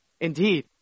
Indeed